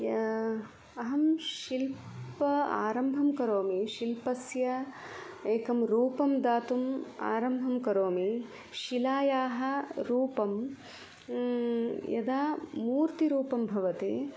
अहं शिल्पम् आरम्भं करोमि शिल्पस्य एकं रूपं दातुम् आरम्भं करोमि शिलायाः रूपं यदा मूर्तिरूपं भवति